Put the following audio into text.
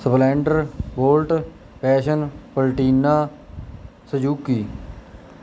splendor bullet passion Platina Suzuki